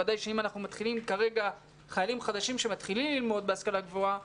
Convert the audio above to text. כמובן שאם כרגע יש חיילים משוחררים חדשים שמתחילים ללמוד בהשכלה הגבוהה,